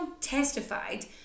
testified